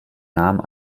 namen